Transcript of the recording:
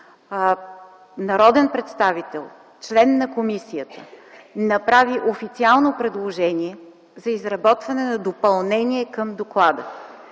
народен представител, член на комисията, направи официално предложение за изработване на допълнение към доклада,